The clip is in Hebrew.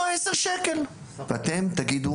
ואז מה תגידו?